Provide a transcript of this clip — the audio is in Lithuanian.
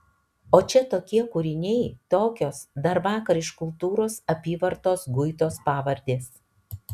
o čia tokie kūriniai tokios dar vakar iš kultūros apyvartos guitos pavardės